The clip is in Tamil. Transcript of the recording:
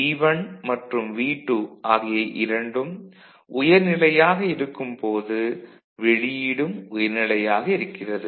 V1 மற்றும் V2 ஆகிய இரண்டும் உயர்நிலையாக இருக்கும் போது வெளியீடும் உயர்நிலையாக இருக்கிறது